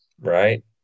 right